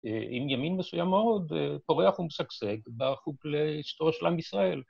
עם ימין מסוים מאוד, פורח ומשגשג בחוג להיסטוריה של עם ישראל.